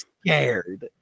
Scared